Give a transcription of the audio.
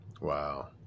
Wow